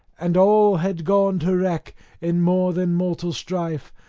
and all had gone to wreck in more than mortal strife,